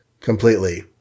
Completely